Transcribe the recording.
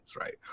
right